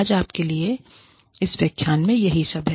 आज आपके लिए इस व्याख्यान में यही सब है